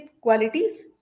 qualities